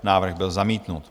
Návrh byl zamítnut.